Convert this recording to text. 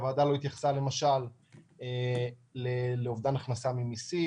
הוועדה לא התייחסה למשל לאובדן הכנסה ממיסים,